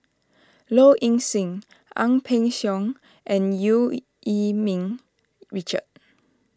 Low Ing Sing Ang Peng Siong and Eu Yee Ming Richard